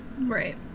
right